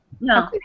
No